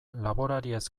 laborariez